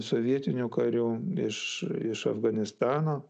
sovietinių karių iš iš afganistano